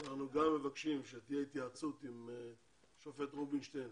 אנחנו גם מבקשים שתהיה התייעצות עם השופט רובינשטיין